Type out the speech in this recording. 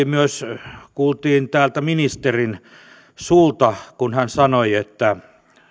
myös täältä ministerin suusta kun hän sanoi että